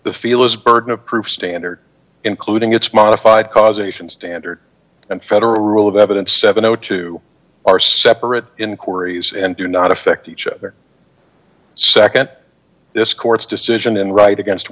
the feel is burden of proof standard including its modified causation standard and federal rule of evidence seven o two are separate inquiries and do not affect each other second this court's decision and right against